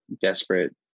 desperate